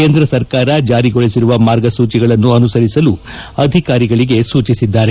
ಕೇಂದ್ರ ಸರ್ಕಾರ ಜಾರಿಗೊಳಿಸಿರುವ ಮಾರ್ಗಸೂಚಿಗಳನ್ನು ಅನುಸರಿಸಲು ಅಧಿಕಾರಿಗಳಿಗೆ ಸೂಚಿಸಿದ್ದಾರೆ